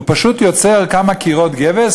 הוא פשוט יוצר כמה קירות גבס,